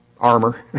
armor